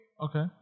Okay